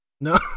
no